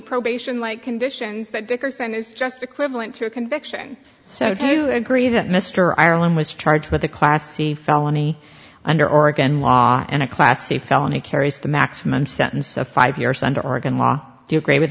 probation like conditions that dickerson is just equivalent to a conviction so do you agree that mr ireland was charged with a class c felony under oregon law and a class a felony carries the maximum sentence of five years under oregon law do you agree with